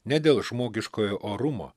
ne dėl žmogiškojo orumo